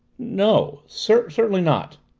no. certainly not.